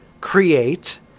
create